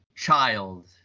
child